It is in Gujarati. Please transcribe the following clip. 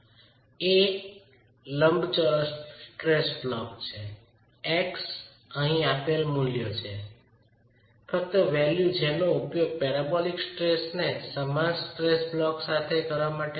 a એ લંબચોરસ સ્ટ્રેસ બ્લોક છે x તે અહીં આપેલ મૂલ્યો છે ફક્ત વેલ્યુ જેનો ઉપયોગ પેરાબોલિક સ્ટ્રેસ ને સમાન સ્ટ્રેસ બ્લોક સાથે કરવા માટે થાય છે